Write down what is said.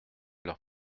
leurs